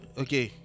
okay